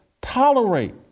tolerate